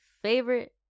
favorite